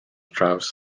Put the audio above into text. draws